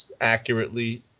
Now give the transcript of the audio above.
accurately